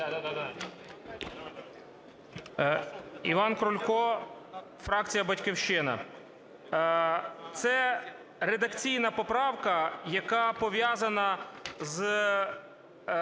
Іван Крулько, фракція "Батьківщина". Це редакційна поправка, яка пов'язана з